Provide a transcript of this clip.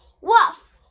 Wolf